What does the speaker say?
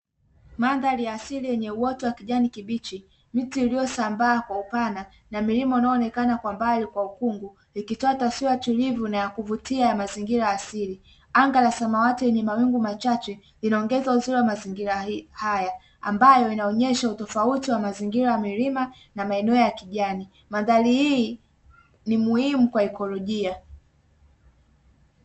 Mandhari ya asili yenye uoto wa kijani kibichi, miti iliosambaa kwa upana na milima ikionekana kwa mbali kwa ukungu ikitoa taswira tulivu na ya kuvutia ya mazingira asili, anga la samawati lenye mawingu machache inaongeza uzuri wa mazingira haya ambayo huonesha tofauti ya mazingira ya milima na maeneo ya kijani. mandhari hii ni muhimu kwa ekolojia.